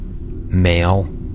male